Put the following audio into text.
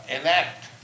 enact